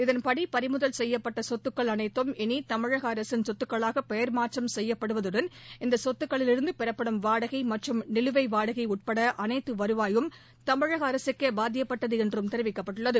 இதன்படி பறிமுதல் செய்யப்பட்ட சொத்துக்கள் அனைத்தும் இனி தமிழக அரசின் சொத்துக்களாக பெயர் மாற்றம் செய்யப்படுவதுடன் இந்த சொத்துக்களிலிருந்து பெறப்படும் வாடகை மற்றும் நிலுவை வாடகை உட்பட அனைத்து வருவாயும் தமிழக அரசுக்கே பாத்தியப்பட்டது என்றும் தெரிவிக்கப்பட்டுள்ளது